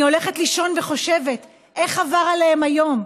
אני הולכת לישון וחושבת: איך עבר עליהם היום,